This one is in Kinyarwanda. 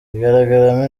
igaragaramo